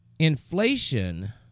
inflation